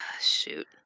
shoot